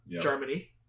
Germany